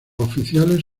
oficiales